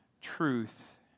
truth